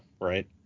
right